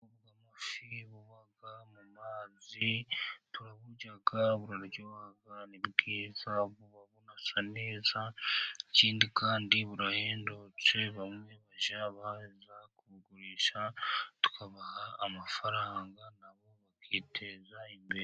Ubwoko bw'amafi buba mu mazi turaburya, buraryoha, ni bwiza, buba bunasa neza, ikindi kandi burahendutse, bamwe baba babujtanye kubugurisha tukabaha amafaranga, nabo bakiteza imbere.